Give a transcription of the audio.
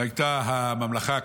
שהייתה הממלכה הקודמת,